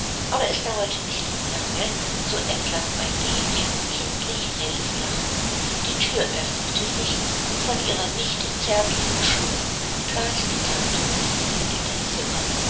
aber es dauerte nicht lange so erklang eugeniens kindlich helles lachen die thür öffnete sich und von ihrer nichte zärtlich umschlungen trat die tante mit dieser in das zimmer